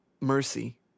mercy